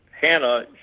Hannah